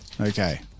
Okay